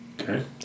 Okay